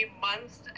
months